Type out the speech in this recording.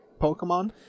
Pokemon